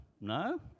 No